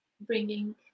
Bringing